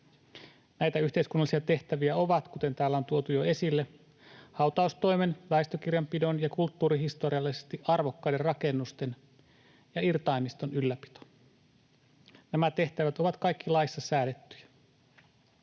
Näitä yhteiskunnallisia tehtäviä ovat, kuten täällä on tuotu jo esille, hautaustoimen, väestökirjanpidon ja kulttuurihistoriallisesti arvokkaiden rakennusten ja irtaimiston ylläpito. Nämä tehtävät ovat kaikki laissa säädettyjä.